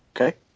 Okay